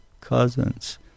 cousins